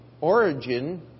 origin